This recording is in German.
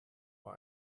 war